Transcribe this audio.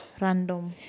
random